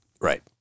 Right